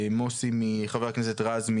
חבר הכנסת רז,